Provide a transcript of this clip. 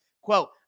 Quote